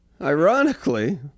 ironically